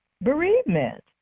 bereavement